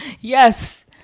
Yes